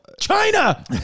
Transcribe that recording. China